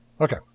Okay